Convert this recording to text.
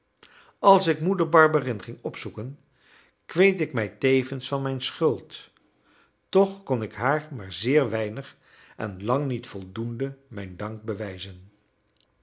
als ik moeder barberin ging opzoeken kweet ik mij tevens van mijn schuld toch kon ik haar maar zeer weinig en lang niet voldoende mijn dank bewijzen